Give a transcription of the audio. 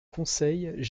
conseils